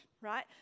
right